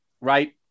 right